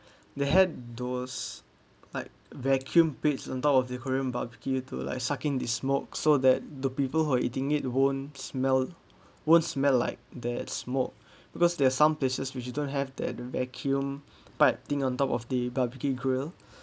they had those like vacuum plates on top of the korean barbecue to like sucking the smoke so that the people who are eating it won't smell won't smell like that smoke because there are some places which it don't have that vacuum pipe thing on top of the barbecue grill